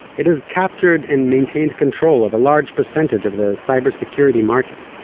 it has captured and maintained control of a large percentage of the cybersecurity market.